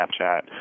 Snapchat